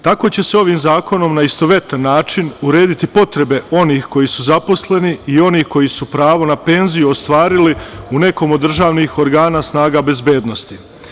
Tako će se ovim zakonom na istovetan način urediti potrebe onih koji su zaposleni i onih koji su pravo na penziju ostvarili u nekom od državnih organa snaga bezbednosti.